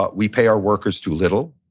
ah we pay our workers too little.